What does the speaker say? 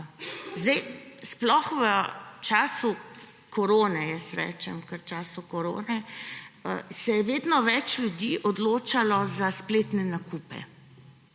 Zdaj, sploh v času korone, ker se je v času korone vedno več ljudi odločalo za spletne nakupe,